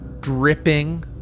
Dripping